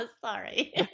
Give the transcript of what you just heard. Sorry